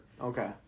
Okay